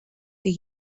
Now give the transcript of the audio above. the